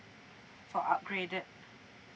for upgraded